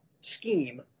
scheme